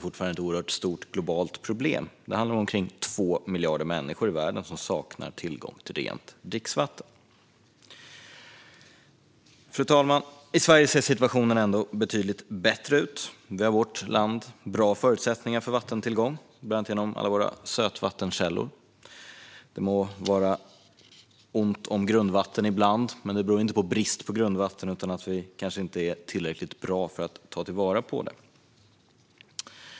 Fortfarande är det dock ett stort globalt problem eftersom omkring 2 miljarder människor i världen saknar tillgång till rent dricksvatten. Fru talman! I Sverige ser situationen betydligt bättre ut. Vi har bra vattentillgång, bland annat genom alla våra sötvattenkällor. Det må vara svårt med grundvattnet ibland, men det beror inte på brist på grundvatten utan på att vi kanske inte är tillräckligt bra på att ta vara på det.